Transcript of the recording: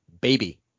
Baby